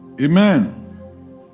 Amen